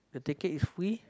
the ticket is free